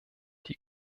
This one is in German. die